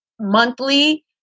monthly